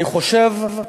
אני חושב,